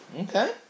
Okay